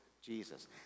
Jesus